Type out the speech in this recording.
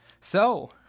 So